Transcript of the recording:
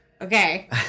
Okay